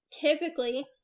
typically